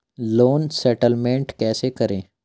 Loan settlement कैसे करें?